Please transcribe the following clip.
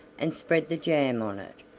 and spread the jam on it.